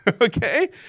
Okay